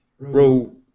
bro